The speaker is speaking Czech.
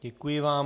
Děkuji vám.